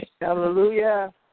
Hallelujah